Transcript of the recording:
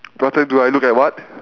what time do I look at what